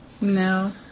No